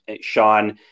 Sean